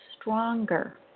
stronger